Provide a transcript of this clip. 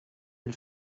del